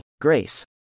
Grace